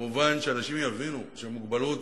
שאנשים יבינו שמוגבלות